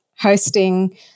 hosting